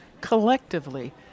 collectively